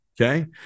Okay